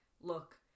look